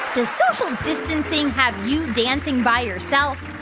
does social distancing have you dancing by yourself?